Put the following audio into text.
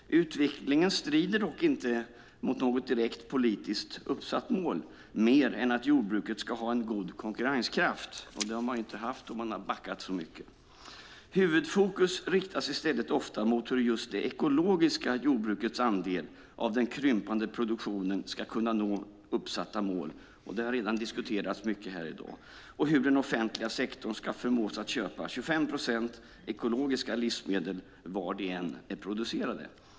Utvecklingen strider dock inte mot något direkt politiskt uppsatt mål, mer än att jordbruket ska ha en god konkurrenskraft. Det har man inte haft om man har backat så mycket. Huvudfokus riktas i stället ofta mot hur just det ekologiska jordbrukets andel av den krympande produktionen ska kunna nå uppsatta mål - det har redan diskuterats mycket här i dag - och hur den offentliga sektorn ska förmås att köpa 25 procent ekologiska livsmedel var de än är producerade.